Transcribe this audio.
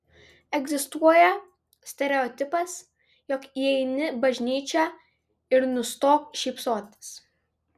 egzistuoja stereotipas jog įeini bažnyčią ir nustok šypsotis